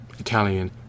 Italian